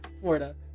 Florida